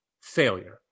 failure